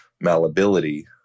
malleability